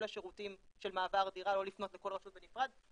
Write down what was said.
השירותים של מעבר דירה או לפנות לכל רשות בנפרד,